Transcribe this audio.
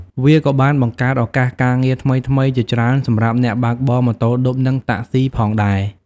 វាក៏បានបង្កើតឱកាសការងារថ្មីៗជាច្រើនសម្រាប់អ្នកបើកបរម៉ូតូឌុបនិងតាក់ស៊ីផងដែរ។